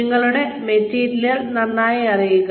നിങ്ങളുടെ മെറ്റീരിയൽ നന്നായി അറിയുക